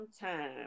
time